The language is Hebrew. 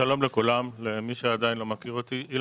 שלום לכולם, שמי אילן פלטו,